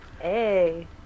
Hey